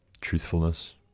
truthfulness